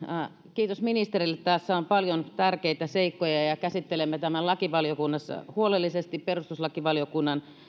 kiitos ministerille tässä on paljon tärkeitä seikkoja käsittelemme tämän lakivaliokunnassa huolellisesti perustuslakivaliokunnan